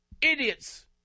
Idiots